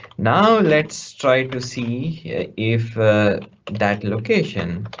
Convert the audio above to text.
now let's try to see if that location